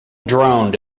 droned